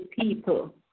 people